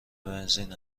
بنزین